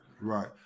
Right